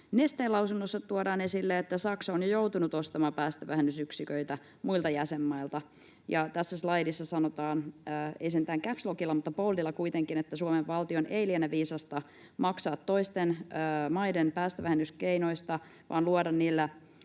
Nesteen lausunnossa tuodaan esille, että Saksa on jo joutunut ostamaan päästövähennysyksiköitä muilta jäsenmailta. Ja tässä slaidissa sanotaan — ei sentään caps lockilla mutta boldilla kuitenkin — että Suomen valtion ei liene viisasta maksaa toisten maiden päästövähennyskeinoista vaan luoda niillä